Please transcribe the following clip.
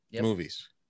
movies